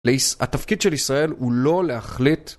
התפקיד של ישראל הוא לא להחליט